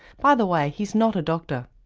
by the way he's not a doctor.